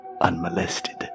unmolested